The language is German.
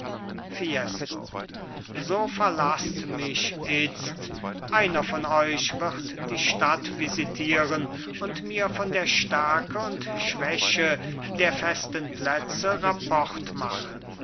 fiesco so verlaßt mich itzt einer von euch wird die stadt visitieren und mir von der stärke und schwäche der festen plätze rapport machen